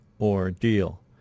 ordeal